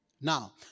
Now